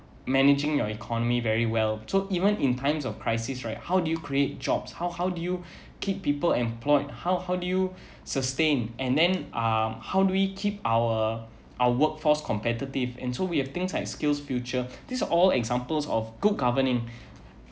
managing your economy very well so even in times of crisis right how do you create jobs how how do you keep people employed how how do you sustain and then um how do we keep our our workforce competitive and so we have things like skillsfuture these are all examples of good governance